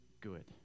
good